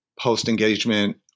post-engagement